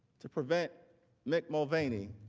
to prevent mick mulvaney